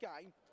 game